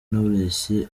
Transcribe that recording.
knowless